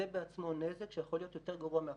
זה בעצמו נזק שיכול להיות יותר גרוע מהקורונה.